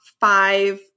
five